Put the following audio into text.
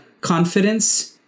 confidence